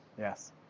Yes